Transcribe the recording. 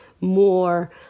more